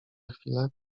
chwilę